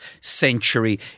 century